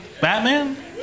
Batman